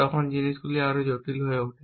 তখন জিনিসগুলি আরও জটিল হয়ে যায়